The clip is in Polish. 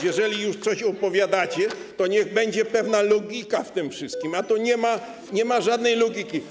Jeżeli już coś opowiadacie, to niech będzie pewna logika w tym wszystkim, a to nie ma żadnej logiki.